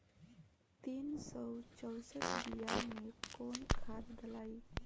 तीन सउ चउसठ बिया मे कौन खाद दलाई?